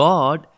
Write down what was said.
God